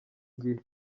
gihe